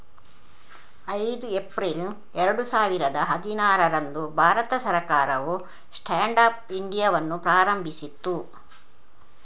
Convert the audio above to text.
ಐದು ಏಪ್ರಿಲ್ ಎರಡು ಸಾವಿರದ ಹದಿನಾರರಂದು ಭಾರತ ಸರ್ಕಾರವು ಸ್ಟ್ಯಾಂಡ್ ಅಪ್ ಇಂಡಿಯಾವನ್ನು ಪ್ರಾರಂಭಿಸಿತು